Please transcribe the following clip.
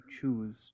choose